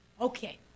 Okay